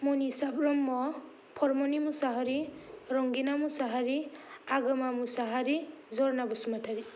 Manisha Brahma Paramani Musahary Rangina Musahary Agoma Musahary Jarna Basumatary